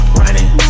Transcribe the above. running